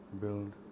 build